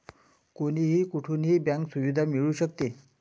कोणीही कुठूनही बँक सुविधा मिळू शकते